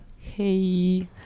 Hey